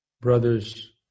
Brothers